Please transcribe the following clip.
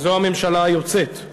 זו הממשלה היוצאת.